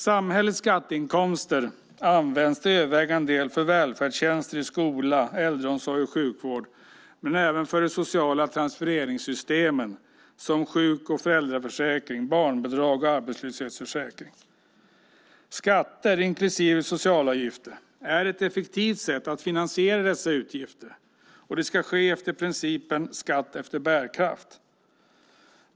Samhällets skatteinkomster används till övervägande del för välfärdstjänster i skola, äldreomsorg och sjukvård men även för de sociala transfereringssystemen som sjuk och föräldraförsäkring, barnbidrag och arbetslöshetsförsäkring. Beskattning, inklusive socialavgifter, är ett effektivt sätt att finansiera dessa utgifter, och den ska ske efter principen skatt efter bärkraft.